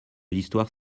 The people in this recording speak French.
l’histoire